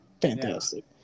Fantastic